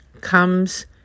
comes